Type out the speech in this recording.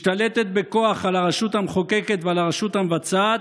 משתלטת בכוח על הרשות המחוקקת ועל הרשות המבצעת,